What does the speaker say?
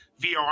VR